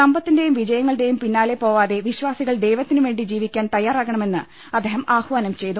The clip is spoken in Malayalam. സമ്പത്തി ന്റെയും വിജയങ്ങളുടെയും പിന്നാലെ പോവാതെ വിശ്വാ സികൾ ദൈവത്തിനുവേണ്ടി ജീവിക്കാൻ തയ്യാറാകണമെന്ന് അദ്ദേഹം ആഹ്വാനം ചെയ്തു